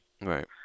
Right